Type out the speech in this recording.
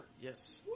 Yes